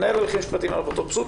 הוא מנהל הליכים משפטיים על אפוטרופסות